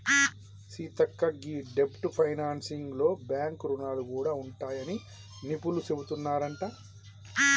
సీతక్క గీ డెబ్ట్ ఫైనాన్సింగ్ లో బాంక్ రుణాలు గూడా ఉంటాయని నిపుణులు సెబుతున్నారంట